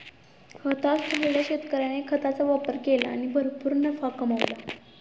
हताश झालेल्या शेतकऱ्याने खताचा वापर केला आणि भरपूर नफा कमावला